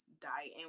diet